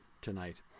tonight